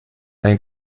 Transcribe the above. ein